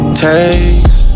takes